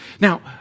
Now